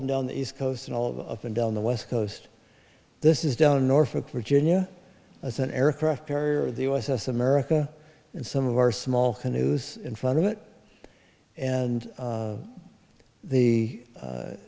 and down the east coast and all of them down the west coast this is down in norfolk virginia as an aircraft carrier the u s s america and some of our small canoes in front of it and the